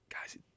guys